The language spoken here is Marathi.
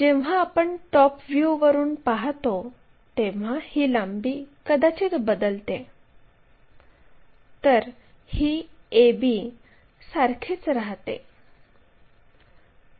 जेव्हा आपण टॉप व्ह्यूवरून पाहतो तेव्हा ही लांबी कदाचित बदलते तर ही AB सारखीच राहते